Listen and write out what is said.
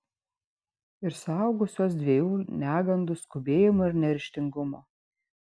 ir saugosiuos dviejų negandų skubėjimo ir neryžtingumo